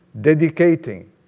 dedicating